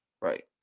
Right